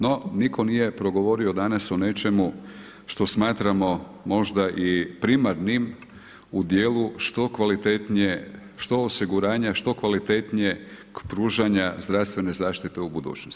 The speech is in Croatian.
No, nitko nije progovorio danas o nečemu što smatramo možda i primarnim u dijelu što kvalitetnije, što osiguranja, što kvalitetnijeg pružanja zdravstvene zaštite u budućnosti.